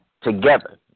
together